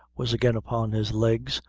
was again upon his legs,